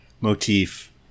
motif